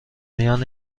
میان